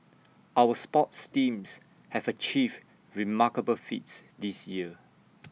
our sports teams have achieved remarkable feats this year